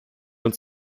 uns